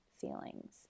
feelings